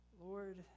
Lord